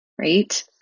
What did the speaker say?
right